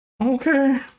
Okay